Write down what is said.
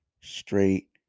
straight